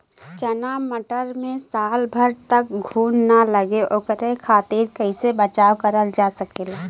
चना मटर मे साल भर तक घून ना लगे ओकरे खातीर कइसे बचाव करल जा सकेला?